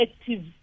active